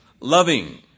Loving